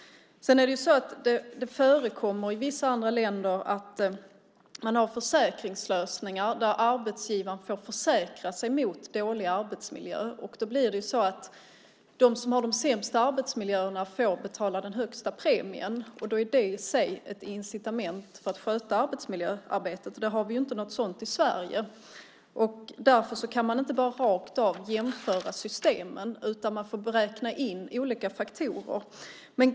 Det förekommer i vissa andra länder att man har försäkringslösningar där arbetsgivaren får försäkra sig mot dålig arbetsmiljö. De som har de sämsta arbetsmiljöerna får då betala den högsta premien. Det är i sig ett incitament för att sköta arbetsmiljöarbetet. Något sådant har vi inte i Sverige. Man kan inte jämföra systemen rakt av. Man måste räkna in olika faktorer.